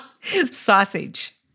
Sausage